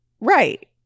Right